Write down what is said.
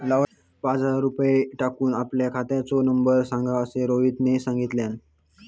पाच हजार रुपये टाकूक आपल्या खात्याचो नंबर सांग असा रोहितने सांगितल्यान